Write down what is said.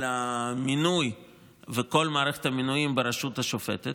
המינוי בכל מערכת המינויים ברשות השופטת,